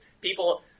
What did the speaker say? people